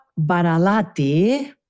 Baralati